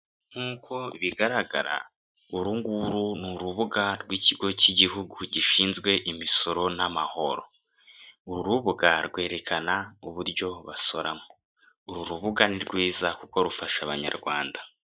Nkuko bigaragara urunguru ni urubuga rw'ikigo cy'igihugu gishinzwe imisoro n'amahoro, uru rubuga rwerekana uburyo basoramo, uru rubuga ni rwiza kuko rufasha Abanyarwanda.